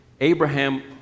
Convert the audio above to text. Abraham